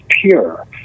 pure